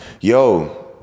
yo